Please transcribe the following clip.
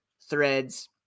threads